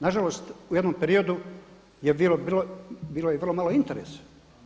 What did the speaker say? Nažalost u jednom periodu bilo je vrlo malo interesa.